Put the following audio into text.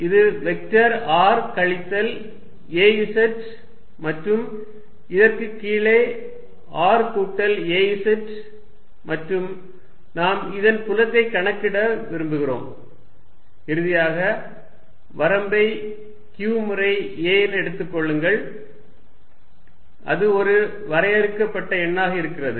இது vector r கழித்தல் az மற்றும் இதற்கு கீழே r கூட்டல் az மற்றும் நாம் இதன் புலத்தை கணக்கிட விரும்புகிறோம் இறுதியாக வரம்பை q முறை a என எடுத்துக் கொள்ளுங்கள் அது ஒரு வரையறுக்கப்பட்ட எண்ணாக இருக்கிறது